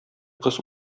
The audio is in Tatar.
кыз